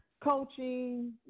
coaching